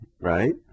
right